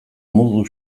modu